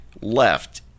left